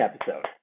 episode